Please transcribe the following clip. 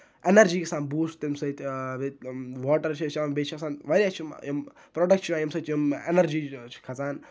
energy گژھان boost تَمہِ سۭتۍ واٹر چھِ أسۍ چیٚوان بیٚیہٕ چھِ آسان واریاہ چھِ یِم یِم پروڈَکٹ چھِ یِوان ییٚمہِ سۭتۍ یِم اینرجی چھِ کھژان